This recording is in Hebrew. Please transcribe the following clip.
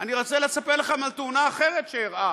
אני רוצה לספר לכם על תאונה אחרת שאירעה,